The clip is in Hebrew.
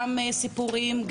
גם סיפורים,